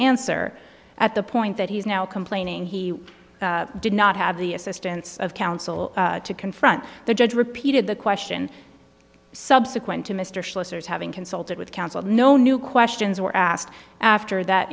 answer at the point that he's now complaining he did not have the assistance of counsel to confront the judge repeated the question subsequent to mr schlosser's having consulted with counsel no new questions were asked after that